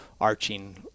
arching